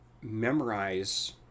memorize